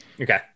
Okay